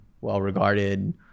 well-regarded